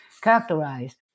characterized